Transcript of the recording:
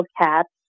cats